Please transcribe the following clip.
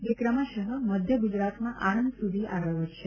જે ક્રમશઃ મધ્ય ગુજરાતમાં આણંદ સુધી આગળ વધશે